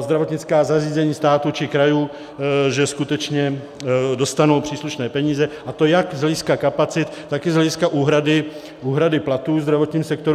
zdravotnická zařízení státu či krajů skutečně dostanou příslušné peníze, a to jak z hlediska kapacit, tak i z hlediska úhrady platů ve zdravotním sektoru.